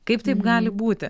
kaip taip gali būti